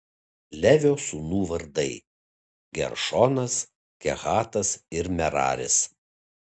levio sūnų vardai geršonas kehatas ir meraris